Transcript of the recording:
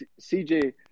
CJ